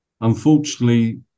unfortunately